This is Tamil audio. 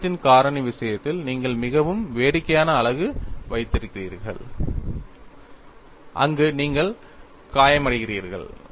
அழுத்தத்தின் காரணி விஷயத்தில் நீங்கள் மிகவும் வேடிக்கையான அலகு வைத்திருக்கிறீர்கள் அங்கு நீங்கள் காயமடைகிறீர்கள்